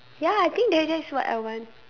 ya I think that's that's what I want